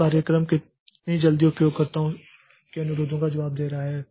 तो कार्यक्रम कितनी जल्दी उपयोगकर्ताओं के अनुरोधों का जवाब दे रहा है